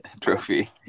trophy